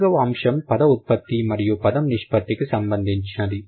నాలుగవ అంశం పద ఉత్పత్తి మరియు పదం నిష్పత్తి కి సంబంధించినది